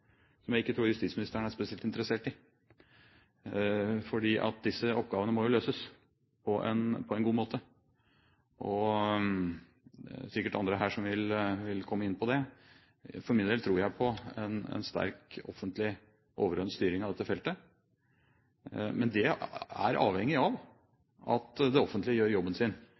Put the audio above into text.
som jeg ikke tror justisministeren er spesielt interessert i. For disse oppgavene må løses på en god måte. Det er sikkert andre her som vil komme inn på det. For min del tror jeg på en sterk offentlig overordnet styring av dette feltet, men det er avhengig av at det offentlige gjør jobben sin.